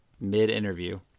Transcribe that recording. mid-interview